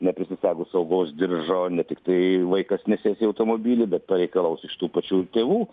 neprisisegus saugos diržo ne tiktai vaikas nesės į automobilį bet to reikalaus iš tų pačių ir tėvų